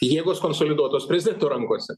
jėgos konsoliduotos prezidento rankose